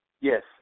Yes